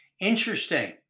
interesting